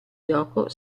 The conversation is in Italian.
gioco